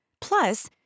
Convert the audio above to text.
Plus